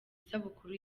isabukuru